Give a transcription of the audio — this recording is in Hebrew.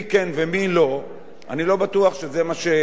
אני לא בטוח שזה מה שיוביל את התשועה,